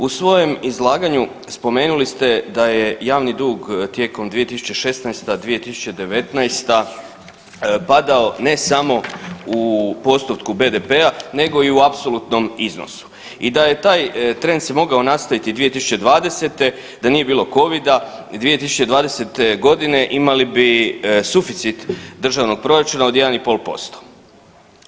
U svojem izlaganju spomenuli ste da je javni dug tijekom 2016.-2019. padao ne samo u postotku BDP-a nego i u apsolutnom iznosu i da je taj trend se mogao nastaviti i 2020. da nije bilo covida i 2020.g. imali bi suficit državnog proračuna od 1,5%